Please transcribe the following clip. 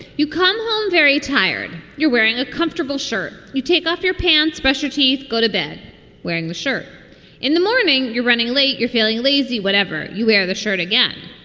you come home very tired. you're wearing a comfortable shirt. you take off your pants, special teeth, go to bed wearing the shirt in the morning. you're running late, you're feeling lazy, whatever. you wear the shirt again.